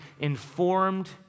informed